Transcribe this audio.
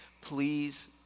please